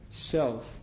self